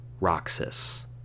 Roxas